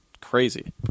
crazy